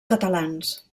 catalans